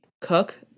cook